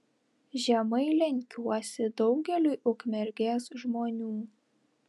žemai lenkiuosi daugeliui ukmergės žmonių